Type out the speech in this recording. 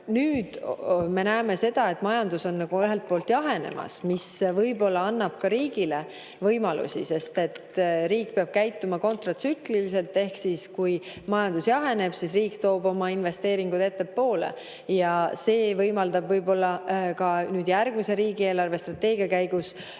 Me näeme, et majandus on ühelt poolt jahenemas, mis võib-olla annab ka riigile võimalusi, sest riik peab käituma kontratsükliliselt. Ehk siis, kui majandus jaheneb, toob riik oma investeeringud ettepoole. See võimaldab võib-olla ka järgmises riigi eelarvestrateegias ümber